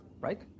right